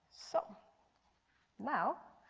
so now,